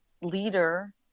leader